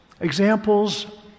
Examples